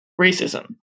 racism